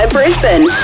Brisbane